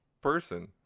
person